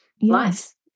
life